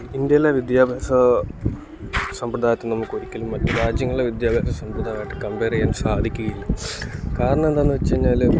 ഇന്ത്യയിലെ വിദ്യാഭ്യാസ സമ്പ്രദായത്തെ നമുക്കൊരിക്കലും മറ്റു രാജ്യങ്ങളിലെ വിദ്യാഭ്യാസ സമ്പ്രദായമായിട്ട് കമ്പേയറേയ്യാൻ സാധിക്കുകയില്ല കാരണമെന്താണെന്നു വച്ചുകഴിഞ്ഞാല്